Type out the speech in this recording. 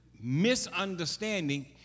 misunderstanding